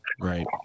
Right